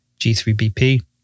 G3BP